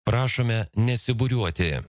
prašome nesibūriuoti